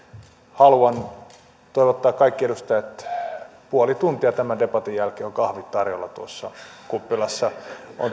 haluan toivottaa kaikki edustajat tervetulleiksi puoli tuntia tämän debatin jälkeen on kahvit tarjolla tuossa kuppilassa